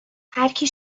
هرکی